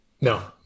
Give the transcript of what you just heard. No